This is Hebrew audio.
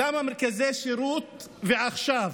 למה מרכזי שירות, ועכשיו?